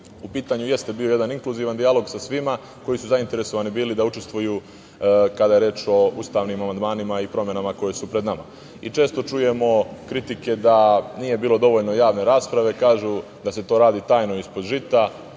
u pitanju jeste bio jedan inkluzivan dijalog sa svima koji su zainteresovani bili da učestvuju kada je reč o ustavnim amandmanima i promenama koje su pred nama. Često čujemo kritike da nije bilo dovoljno javne rasprave. Kaže da se to radi tajno, ispod žita,